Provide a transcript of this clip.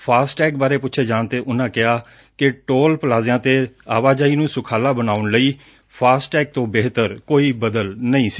FASTag ਬਾਰੇ ਪੁੱਛੇ ਜਾਣ ਤੇ ਉਨਾ ਕਿਹਾ ਕਿ ਟੋਲ ਪਲਾਜਿਆ ਤੇ ਆਵਾਜਾਈ ਨੂੰ ਸੁਖਾਲਾ ਬਣਾਉਣ ਲਈ ਫਾਸਟੈਗ ਤੋਂ ਬਿਹਤਰ ਕੋਈ ਬਦਲ ਨਹੀਂ ਸੀ